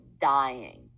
dying